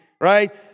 right